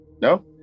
No